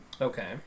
Okay